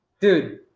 dude